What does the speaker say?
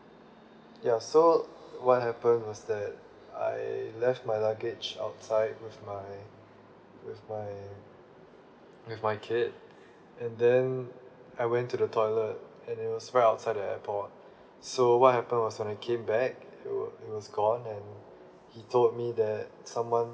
ya so what happened was that I left my luggage outside with my with my with my kid and then I went to the toilet and it was right outside the airport so what happen was when I came back it was it was gone and he told me that someone